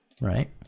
Right